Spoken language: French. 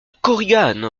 korigane